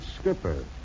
skipper